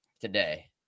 today